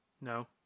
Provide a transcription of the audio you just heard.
No